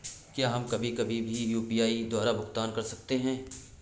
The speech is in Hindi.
क्या हम कभी कभी भी यू.पी.आई द्वारा भुगतान कर सकते हैं?